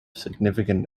significant